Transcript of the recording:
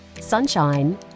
sunshine